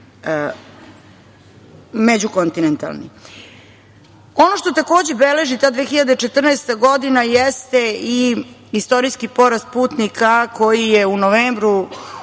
međukontinentalni letovi. Ono što takođe beleži ta 2014. godina jeste i istorijski porast putnika, koji je u novembru